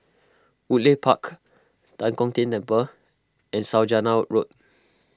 Woodleigh Park Tan Kong Tian Temple and Saujana Road